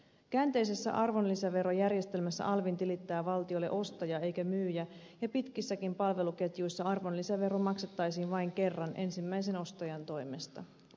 käänteisessä arvonlisäverojärjestelmässä alvin tilittää valtiolle ostaja eikä myyjä ja pitkissäkin palveluketjuissa arvonlisävero maksettaisiin vain kerran ensimmäisen ostajan toimesta